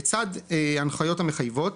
לצד הנחיות המחייבות,